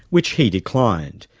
which he declined.